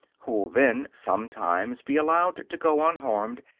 who will then sometimes be allowed to go unharmed,